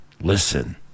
Listen